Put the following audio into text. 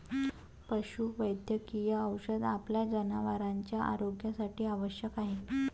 पशुवैद्यकीय औषध आपल्या जनावरांच्या आरोग्यासाठी आवश्यक आहे